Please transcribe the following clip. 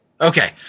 Okay